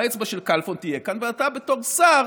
האצבע של כלפון תהיה כאן, ואתה בתור שר